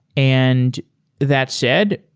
and that said,